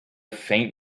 faint